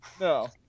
No